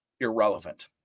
irrelevant